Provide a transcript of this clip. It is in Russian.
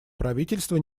правительство